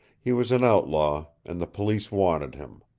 he was an outlaw, and the police wanted him,